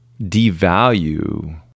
devalue